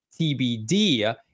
TBD